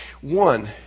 One